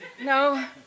No